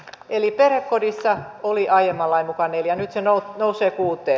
eli perhekodissa oli aiemman lain mukaan neljä nyt se nousee kuuteen